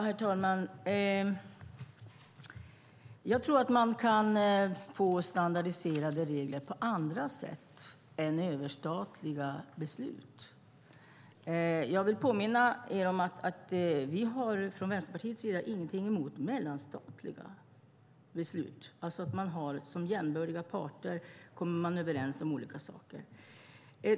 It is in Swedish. Herr talman! Jag tror att man kan få standardiserade regler på andra sätt än med överstatliga beslut. Jag vill påminna om att vi från Vänsterpartiets sida inte har någonting emot mellanstatliga beslut, alltså att man som jämbördiga parter kommer överens om olika saker.